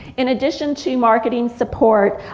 in addition to marketing support,